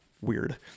Weird